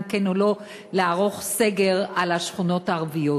כן או לא לערוך סגר על השכונות הערביות.